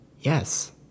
Yes